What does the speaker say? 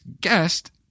guest